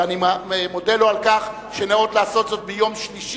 ואני מודה לו על שניאות לעשות זאת ביום שלישי,